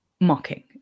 mocking